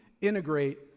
integrate